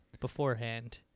beforehand